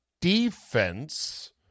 defense